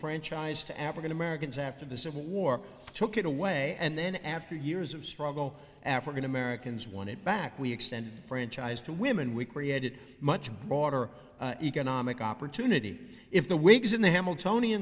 franchise to african americans after the civil war took it away and then after years of struggle african americans won it back we extended franchise to women we created much broader economic opportunity if the whigs in the hamilton